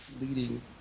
leading